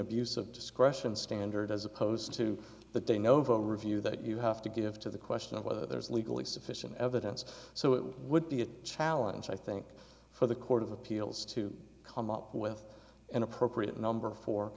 of discretion standard as opposed to the de novo review that you have to give to the question of whether there is legally sufficient evidence so it would be a challenge i think for the court of appeals to come up with an appropriate number for